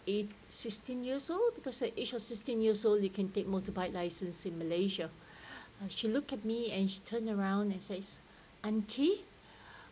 eight~ sixteen years old because at the age of sixteen years old you can take motorbike licence in malaysia and she looked at me and she turned around and says auntie